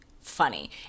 funny